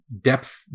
depth